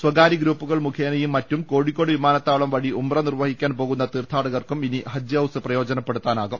സ്ഥകാര്യ ഗ്രൂപ്പുകൾ മുഖേനയും മറ്റും കോഴിക്കോട് വിമാനത്താവളം വഴി ഉംറ നിർവ്വഹിക്കാൻ പോകുന്ന തീർഥാടകർക്കും ഇനി ഹജ്ജ് ഹൌസ് പ്രയോജനപ്പെടുത്താനാകും